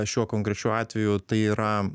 šiuo konkrečiu atveju tai yra